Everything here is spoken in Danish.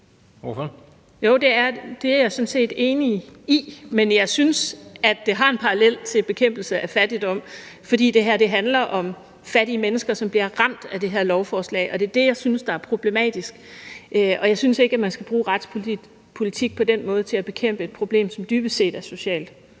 Jo, det er jeg sådan set enig i, men jeg synes, at det har en parallel til bekæmpelse af fattigdom, fordi det handler om fattige mennesker, som bliver ramt af det her lovforslag, og det er det, jeg synes er problematisk. Jeg synes ikke, man på den måde skal bruge retspolitik til at bekæmpe et problem, som dybest set er socialt.